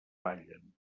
ballen